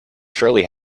surely